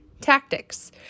tactics